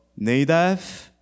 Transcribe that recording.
Nadav